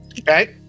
Okay